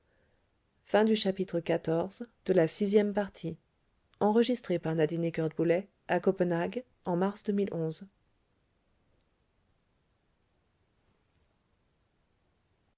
fondirent en masse sur